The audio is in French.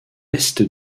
est